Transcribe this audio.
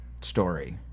story